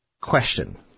Question